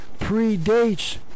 predates